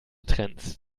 trends